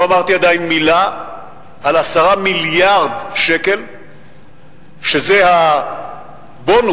לא אמרתי עדיין מלה על 10 מיליארד שקל שזה הבונוס